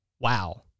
wow